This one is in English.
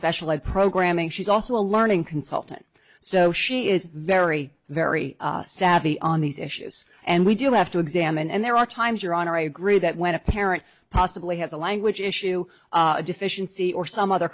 special ed programming she's also a learning consultant so she is very very savvy on these issues and we do have to examine and there are times your honor i agree that when a parent possibly has a language issue deficiency or some other